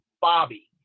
Bobby